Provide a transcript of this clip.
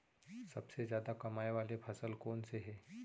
सबसे जादा कमाए वाले फसल कोन से हे?